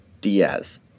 Diaz